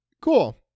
Cool